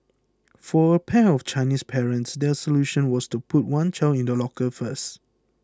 for a pair of Chinese parents their solution was to put one child in a locker first